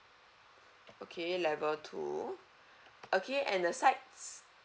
okay level two okay and the sides